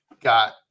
got